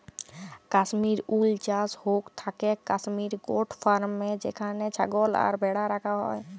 Kashmir wool চাস হৌক থাকেক কাশ্মির গোট ফার্মে যেখানে ছাগল আর ভ্যাড়া রাখা হয়